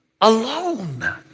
alone